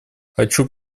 хочу